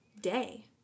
day